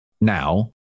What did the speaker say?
now